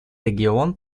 регион